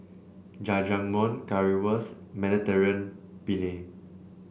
Jajangmyeon Currywurst Mediterranean Penne